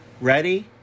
ready